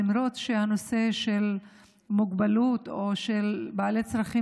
והיא שהנושא של מוגבלות או של בעלי צרכים